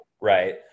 right